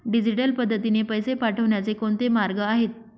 Digital पद्धतीने पैसे पाठवण्याचे कोणते मार्ग आहेत?